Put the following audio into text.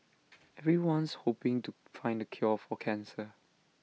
everyone's hoping to find the cure for cancer